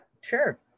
sure